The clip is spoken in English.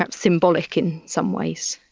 ah symbolic in some ways.